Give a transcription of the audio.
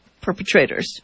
perpetrators